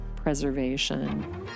Preservation